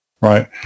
right